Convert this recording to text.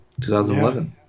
2011